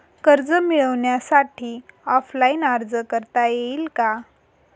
कर्ज मिळण्यासाठी ऑफलाईन अर्ज करता येईल का?